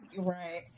Right